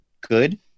good